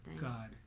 God